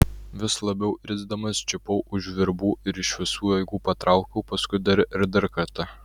vis labiau irzdamas čiupau už virbų ir iš visų jėgų patraukiau paskui dar ir dar kartą